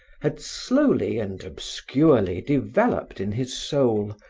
had slowly and obscurely developed in his soul,